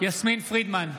יסמין פרידמן,